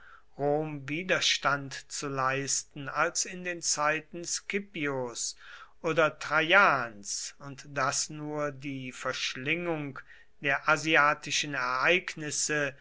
widerstand zu leisten als in den zeiten scipios oder traians und daß nur die verschlingung der asiatischen ereignisse